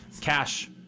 Cash